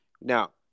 Now